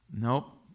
Nope